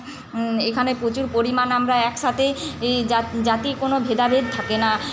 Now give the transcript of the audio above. এখানে প্রচুর পরিমাণ আমরা একসাথেই এই জাত জাতির কোনো ভেদাভেদ থাকে না